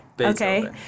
okay